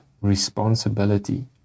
responsibility